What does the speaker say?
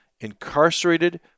incarcerated